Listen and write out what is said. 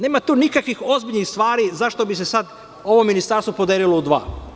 Nema tu nikakvih ozbiljnih stvari zašto bi se ovo ministarstvo podelilo u dva.